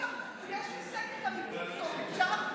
יש לי סקר גם בטיקטוק, אפשר?